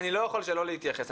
אני לא יכול שלא להתייחס.